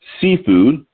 seafood